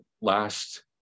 last